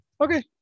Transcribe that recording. Okay